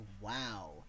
wow